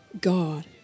God